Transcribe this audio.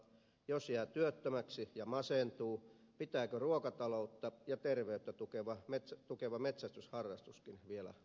jos jää työttömäksi ja masentuu pitääkö ruokataloutta ja terveyttä tukeva metsästysharrastuskin vielä lopettaa